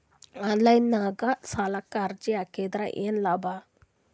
Online ನಾಗ್ ಸಾಲಕ್ ಅರ್ಜಿ ಹಾಕದ್ರ ಏನು ಲಾಭ?